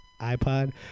iPod